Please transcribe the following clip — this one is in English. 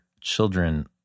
children